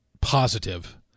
positive